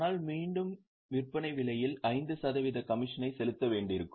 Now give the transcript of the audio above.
ஆனால் மீண்டும் விற்பனை விலையில் 5 சதவீத கமிஷனை செலுத்த வேண்டியிருக்கும்